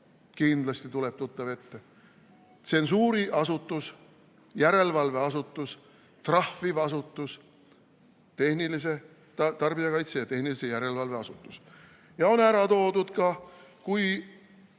Kindlasti tuleb tuttav ette. Tsensuuriasutus, järelevalveasutus, trahviv asutus, tarbijakaitse ja tehnilise järelevalve asutus. Ja on ära toodud ka, kui